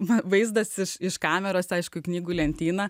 vaizdas iš kameros aišku knygų lentyna